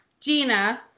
Gina